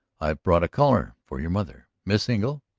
i have brought a caller for your mother. miss engle,